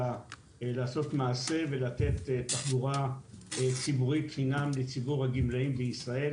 לעשות מעשה ולתת תחבורה ציבורית חינם לציבור הגמלאים בישראל.